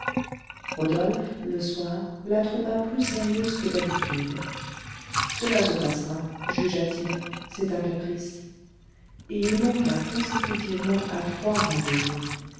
rodolphe le soir la trouva plus sérieuse que d'habitude cela se passera jugea-t-il c'est un caprice et il manqua consécutivement à trois rendez-vous